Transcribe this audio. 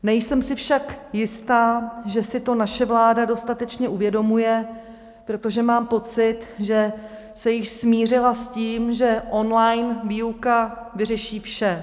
Nejsem si však jistá, že si to naše vláda dostatečně uvědomuje, protože mám pocit, že se již smířila s tím, že online výuka vyřeší vše.